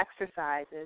exercises